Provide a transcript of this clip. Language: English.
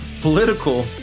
political